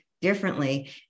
differently